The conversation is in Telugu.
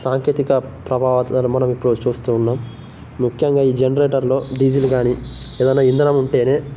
సాంకేతిక ప్రభావతలను మనం ఇప్పుడు చూస్తూ ఉన్నాం ముఖ్యంగా ఈ జనరేటర్లో డీజిల్ గానీ ఏదయినా ఇంధనం ఉంటేనే